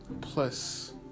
plus